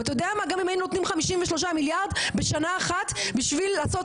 גם אם היינו נותנים 53 מיליארד בשנה אחת בשביל לעשות